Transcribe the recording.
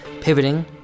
pivoting